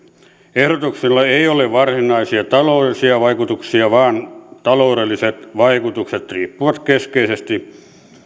ehdotuksella ei ei ole varsinaisia taloudellisia vaikutuksia vaan taloudelliset vaikutukset riippuvat keskeisesti